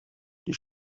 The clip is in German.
die